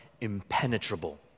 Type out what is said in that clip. impenetrable